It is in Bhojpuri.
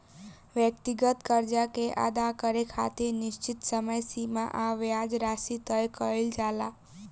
व्यक्तिगत कर्जा के अदा करे खातिर निश्चित समय सीमा आ ब्याज राशि तय कईल जाला